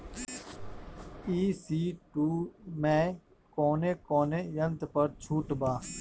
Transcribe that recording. ई.सी टू मै कौने कौने यंत्र पर छुट बा?